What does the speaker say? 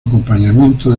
acompañamiento